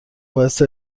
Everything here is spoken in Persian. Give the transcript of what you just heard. باعث